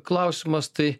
klausimas tai